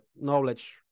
knowledge